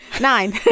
nine